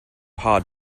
hard